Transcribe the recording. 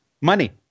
money